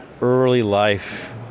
early-life